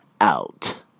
out